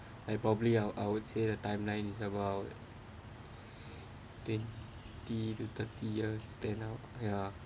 I probably I would say the timeline is about twenty to thirty years stand out